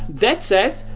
that said,